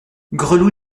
gresloup